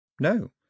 No